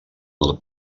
del